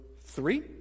three